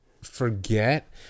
forget